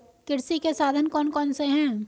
कृषि के साधन कौन कौन से हैं?